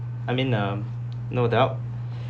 I mean um no doubt